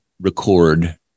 record